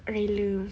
rela